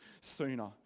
sooner